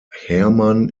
hermann